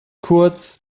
kurz